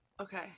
Okay